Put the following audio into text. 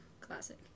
Classic